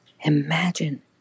Imagine